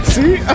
See